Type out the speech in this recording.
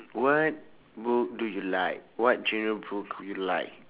what book do you like what genre book you like